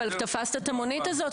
אבל תפסת את המונית הזאת,